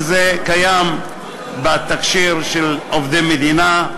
וזה קיים בתקשי"ר של עובדי מדינה,